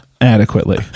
adequately